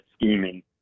scheming